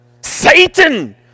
Satan